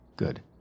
Good